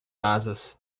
asas